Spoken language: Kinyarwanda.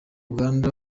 uganda